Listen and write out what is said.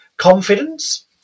Confidence